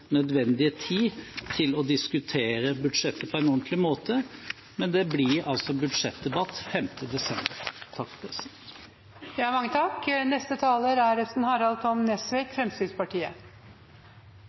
nødvendige tid til å diskutere budsjettet på en ordentlig måte, men det blir budsjettdebatt 5. desember.